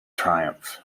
triumph